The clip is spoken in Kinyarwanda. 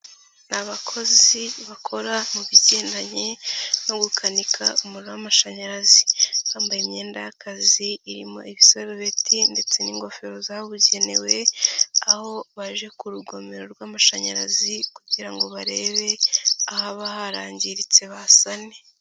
Abakozi bakora mu bigendanye no gukanika umuriro w'amashanyarazi. Bambaye imyenda y'akazi irimo ibisarobeti ndetse n'ingofero zabugenewe, aho baje ku rugomero rw'amashanyarazi kugira ngo barebe ahaba harangiritse basane.